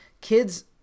kids